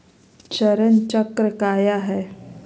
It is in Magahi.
चरण चक्र काया है?